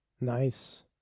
Nice